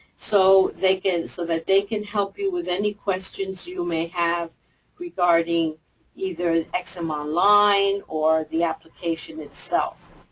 so they can so that they can help you with any questions you may have regarding either ex-im online or the application itself.